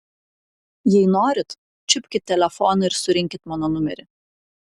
jei norit čiupkit telefoną ir surinkit mano numerį